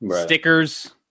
Stickers